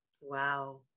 Wow